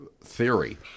theory